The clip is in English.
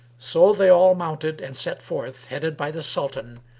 so they all mounted and set forth, headed by the sultan,